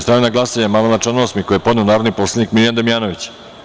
Stavljam na glasanje amandman na član 8. koji je podneo narodni poslanik Miljan Damjanović.